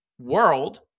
world